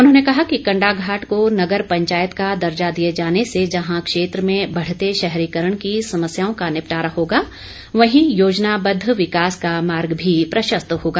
उन्होंने कहा कि कंडाघाट को नगर पंचायत का दर्जा दिए जाने से जहां क्षेत्र में बढते शहरीकरण की समस्याओं का निपटारा होगा वहीं योजनाबद्व विकास का मार्ग भी प्रशस्त होगा